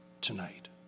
tonight